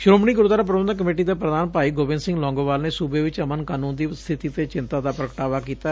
Shiromani Gurdwara Prabandhak committee ਦੇ ਪ੍ਰਧਾਨ ਭਾਈ ਗੋਬਿੰਦ ਸਿੰਘ ਲੌਂਗੋਵਾਲ ਨੇ ਸੁਬੇ ਚ ਅਮਨ ਕਾਨੁੰਨ ਦੀ ਸਬਿਤੀ ਤੇ ਚਿੰਤਾ ਦਾ ਪੁਗਟਾਵਾ ਕੀਤੈ